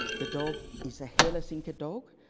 the dog is a hairless inca dog,